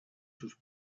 sus